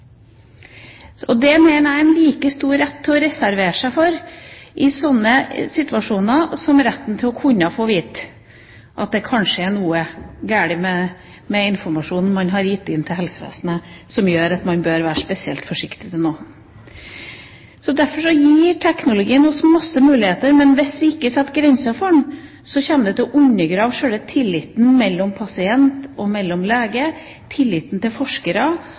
mener man har like stor rett til å reservere seg mot sånne situasjoner som man har rett til å kunne få vite at det kanskje er noe galt med den informasjonen man har gitt til helsevesenet, som gjør at man bør være spesielt forsiktig med noe. Derfor gir teknologien oss masse muligheter, men hvis vi ikke setter grenser for den, kommer det til å undergrave selve tilliten mellom pasient og lege, tilliten til forskere